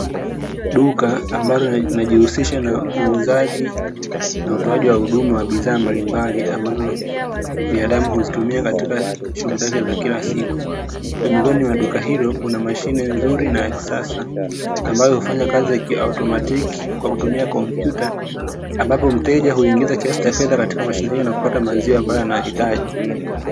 Duka ambalo linajihusisha na uuzaji na utoaji wa bidhaa mbalimbali ambazo binadamu huzitumia katika shughuli za kila siku pembezoni mwa duka hilo kuna mashine nzuri na ya kisasa ambayo hufanyakazi kiautomatiki kwatumia kompyuta ambapo mteja huingiza kiasi cha pesa katika mashine hiyo na kupata maziwa ambayo anayahitaji.